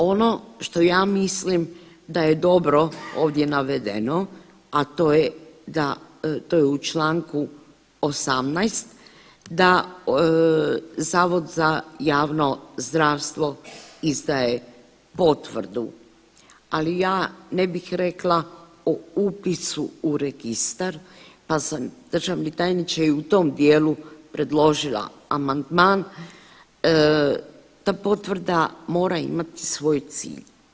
Ono što ja mislim da je dobro ovdje navedeno, a to je da to je u čl. 18. da Zavod za javno zdravstvo izdaje potvrdu, ali ja ne bih rekla o upisu u registar, pa sam državni tajniče i u tom dijelu predložila amandman, ta potvrda mora imati svoj cilj.